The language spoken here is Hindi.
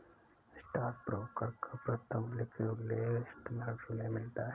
स्टॉकब्रोकर का प्रथम लिखित उल्लेख एम्स्टर्डम में मिलता है